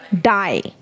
die